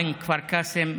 בן כפר קאסם,